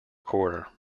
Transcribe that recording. quarter